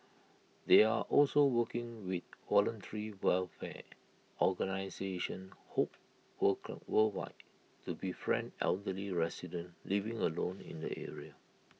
they are also working with voluntary welfare organisation hope work worldwide to befriend elderly residents living alone in the area